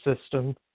system